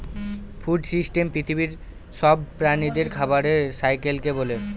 food system পৃথিবীর সব প্রাণীদের খাবারের সাইকেলকে বলে